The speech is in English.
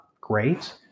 great